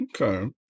Okay